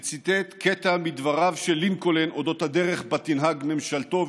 וציטט קטע מדבריו של לינקולן על אודות הדרך שבה תנהג ממשלתו,